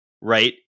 right